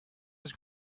his